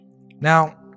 Now